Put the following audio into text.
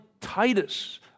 Titus